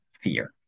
fear